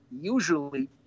usually